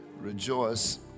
Rejoice